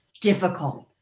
difficult